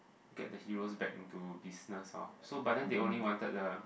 get the heros back into business lor so but then they wanted the